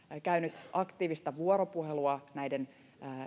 käynyt aktiivista vuoropuhelua näiden